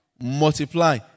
multiply